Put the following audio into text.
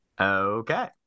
Okay